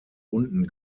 unten